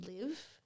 live